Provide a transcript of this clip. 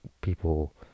people